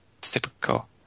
typical